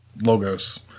logos